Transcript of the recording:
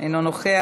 אינו נוכח.